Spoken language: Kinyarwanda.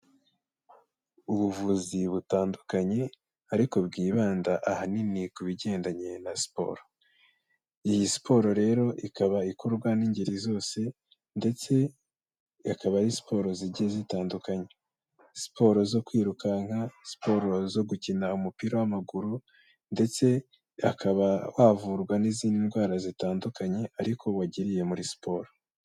Ubuvuzi butandukanye ariko bwibanda ahanini ku bigendanye na siporo, iyi siporo rero ikaba ikorwa n'ingeri zose ndetse ikaba ari siporo zigiye zitandukanye, siporo zo kwirukanka, siporo zo gukina umupira w'amaguru ndetse hakaba havurwa n'izindi ndwara zitandukanye, ariko wagiriye muri siporo.